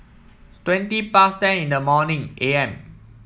twenty past ten in the morning A M